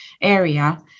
area